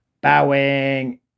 Bowing